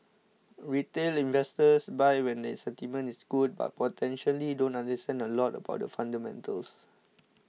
retail investors buy when the sentiment is good but potentially don't understand a lot about the fundamentals